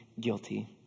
guilty